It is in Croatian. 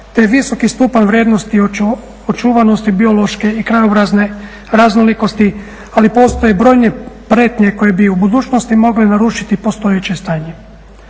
te visoki stupanj vrijednost i očuvanosti biološke i krajobrazne raznolikosti, ali postoje i brojne prijetnje koje bi u budućnosti mogle narušiti postojeće stanje.